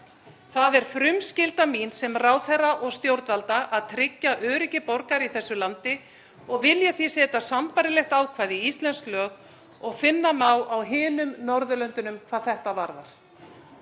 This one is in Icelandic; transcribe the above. Það er frumskylda mín sem ráðherra og stjórnvalda að tryggja öryggi borgara í þessu landi og vil ég því setja sambærilegt ákvæði í íslensk lög og finna má á hinum Norðurlöndunum hvað þetta varðar.